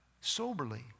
soberly